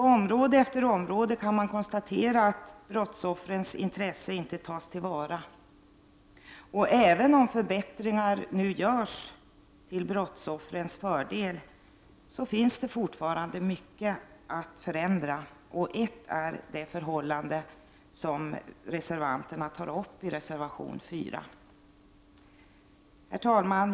På område efter område kan man konstatera att brottsoffrens intresse inte tas till vara, och även om förbättringar nu görs till brottsoffrens fördel finns det fortfarande mycket att förändra, exempelvis det förhållande som reservanterna tar upp i reservation 4. Herr talman!